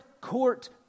court